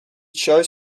shows